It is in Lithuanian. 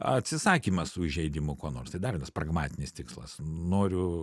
atsisakymas su įžeidimu kuo nors tai dar vienas pragmatinis tikslas noriu